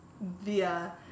via